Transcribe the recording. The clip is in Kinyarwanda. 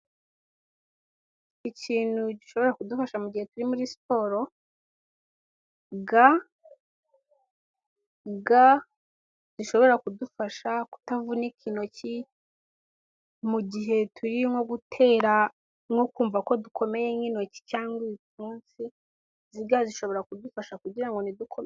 Ikintu gishobora kudufasha mu gihe turi muri siporo ga, ga zishobora kudufasha kutavunika intoki mu gihe turi nko gutera no kumva ko dukomeye nk'intoki cyangwa ibipfunsi, izi ga zishobora kudufasha kugira ngo ntidukomereke.